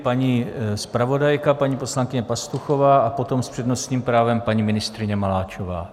Paní zpravodajka paní poslankyně Pastuchová a potom s přednostním právem paní ministryně Maláčová.